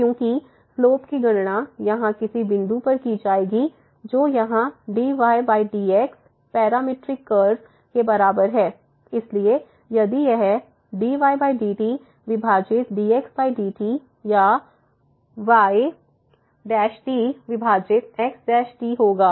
क्योंकि स्लोप की गणना यहां किसी बिंदु पर की जाएगी जो यहाँ dy dx पैरामीट्रिक कर्व के बराबर है इसलिए यह dy dt विभाजित dx dt या y विभाजित x होगा